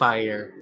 Fire